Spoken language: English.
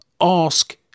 ask